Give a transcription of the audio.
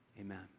Amen